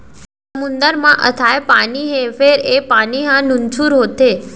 समुद्दर म अथाह पानी हे फेर ए पानी ह नुनझुर होथे